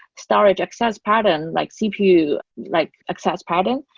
storage access pattern, like cpu like access pattern,